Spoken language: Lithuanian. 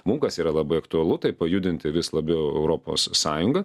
mum kas yra labai aktualu tai pajudinti vis labiau europos sąjungą